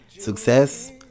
Success